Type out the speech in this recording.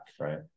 right